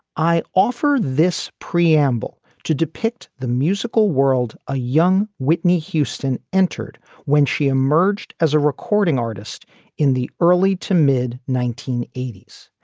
i offer this preamble to depict the musical world. a young whitney houston entered when she emerged as a recording artist in the early to mid nineteen eighty s,